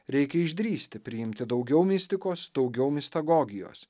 reikia išdrįsti priimti daugiau mistikos daugiau mistagogijos